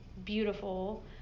Beautiful